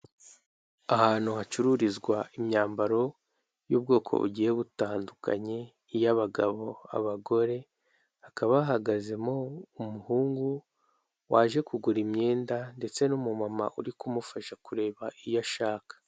Ahantu hacururizwa imyambaro y'ubwoko bugiye butandukanye; iy'abagabo, abagore, hakaba hahagazemo umuhungu waje kugura imyenda, ndetse n'umumama uri kumufasha kureba iyo ashaka.